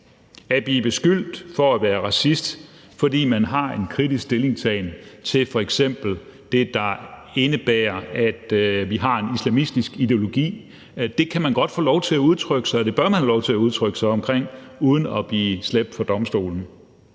at blive beskyldt for at være racist, fordi man har en kritisk stillingtagen til f.eks. det, at der er en islamistisk ideologi. Det kan man godt få lov til at udtrykke – og det bør man have lov til at udtrykke sig om – uden at blive slæbt for domstolen.